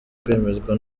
kwemezwa